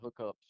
hookups